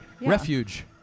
Refuge